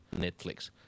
Netflix